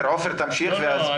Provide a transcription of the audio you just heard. לא,